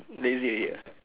lazy already ah